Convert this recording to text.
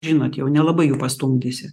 žinot jau nelabai jų pastumdysi